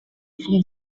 from